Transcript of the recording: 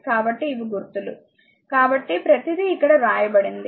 కాబట్టి ఇవి గుర్తులు కాబట్టి ప్రతిదీ ఇక్కడ వ్రాయబడింది